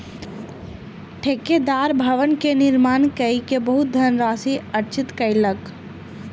ठेकेदार भवन के निर्माण कय के बहुत धनराशि अर्जित कयलक